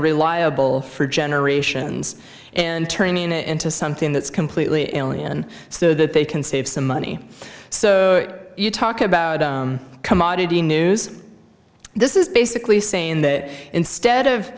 reliable for generations and turning it into something that's completely alien so that they can save some money so you talk about commodity news this is basically saying that instead of